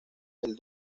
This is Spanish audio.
del